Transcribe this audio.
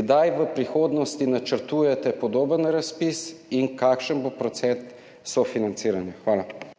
Kdaj v prihodnosti načrtujete podoben razpis in kakšen bo procent sofinanciranja? Hvala.